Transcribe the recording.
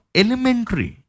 elementary